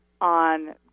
on